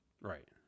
Right